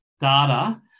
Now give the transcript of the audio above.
data